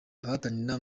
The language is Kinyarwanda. abahatanira